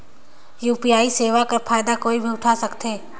UPI सेवा कर फायदा कोई भी उठा सकथे?